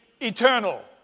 eternal